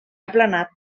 aplanat